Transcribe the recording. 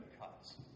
cuts